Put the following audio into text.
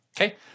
Okay